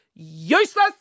Useless